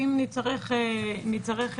ואם צריך המשך,